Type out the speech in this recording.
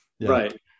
right